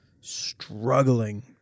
struggling